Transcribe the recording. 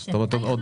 עוד 4 שנים.